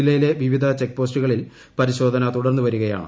ജില്ലയിലെ വിവിധ ചെക് പോസ്റ്റുകളിൽ പരിശോധന തുടർന്ന് വരുകയാണ്